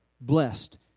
blessed